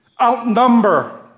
outnumber